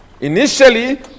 initially